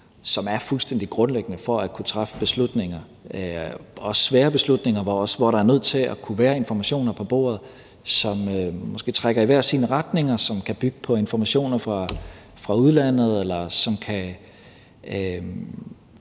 er fuldstændig grundlæggende for at kunne træffe beslutninger, også svære beslutninger, hvor der er nødt til at kunne være informationer på bordet, som måske trækker i forskellige retninger, og som kan bygge på informationer fra udlandet, eller som i